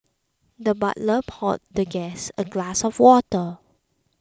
the butler poured the guest a glass of water